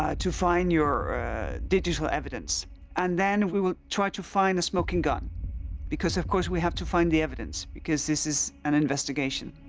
ah to find your digital evidence and then we will try to find a smoking gun because of course we have to find the evidence because this is an investigation.